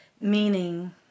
meaning